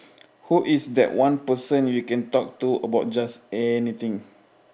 who is that one person you can talk to about just anything